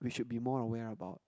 we should be more aware about